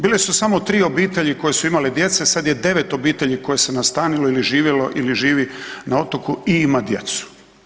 Bile su samo 3 obitelji koje su imale djece, sad je 9 obitelji koje se nastanilo ili živjelo ili živi na otoku i ima djecu.